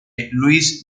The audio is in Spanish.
luis